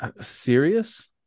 serious